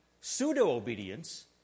pseudo-obedience